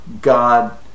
God